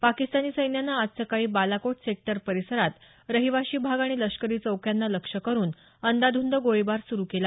पाकिस्तानी सैन्यानं आज सकाळी बालाकोट सेक्टर परिसरात रहीवाशी भाग आणि लष्करी चौक्यांना लक्ष्य करुन अंदाधुंद गोळीबार सुरु केला